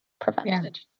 prevented